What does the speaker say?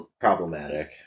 problematic